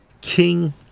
king